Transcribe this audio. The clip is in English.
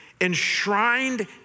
enshrined